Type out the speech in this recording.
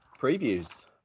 previews